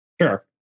Sure